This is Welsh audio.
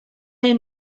hen